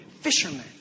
fishermen